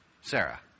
Sarah